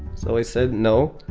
so i said, no.